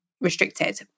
restricted